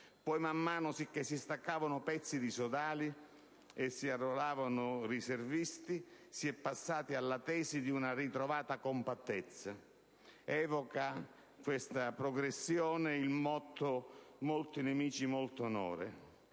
Poi, man mano che si staccavano pezzi di sodali e si arruolavano riservisti, si è passati alla tesi di una ritrovata compattezza. Questa progressione evoca il motto «Molti nemici, molto onore».